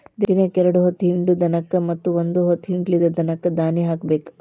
ದಿನಕ್ಕ ಎರ್ಡ್ ಹೊತ್ತ ಹಿಂಡು ದನಕ್ಕ ಮತ್ತ ಒಂದ ಹೊತ್ತ ಹಿಂಡಲಿದ ದನಕ್ಕ ದಾನಿ ಹಾಕಬೇಕ